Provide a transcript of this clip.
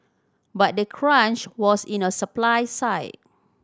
but the crunch was in a supply side